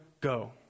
go